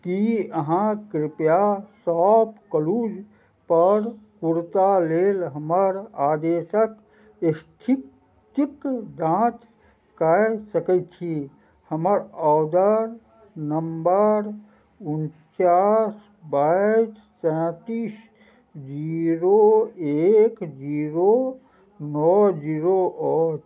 कि अहाँ कृपया शॉपक्लूजपर कुरता लेल हमर आदेशके इस्थितिके जाँच कै सकै छी हमर ऑडर नम्बर उनचास बाइस सैँतिस जीरो एक जीरो नओ जीरो अछि